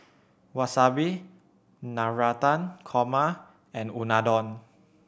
Wasabi Navratan Korma and Unadon